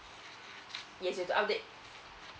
yes you have to update